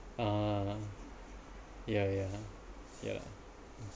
uh yeah yeah yeah lah